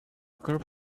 group